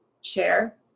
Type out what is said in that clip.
share